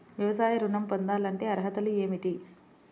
వ్యవసాయ ఋణం పొందాలంటే అర్హతలు ఏమిటి?